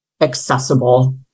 accessible